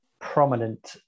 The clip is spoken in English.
prominent